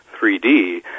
3D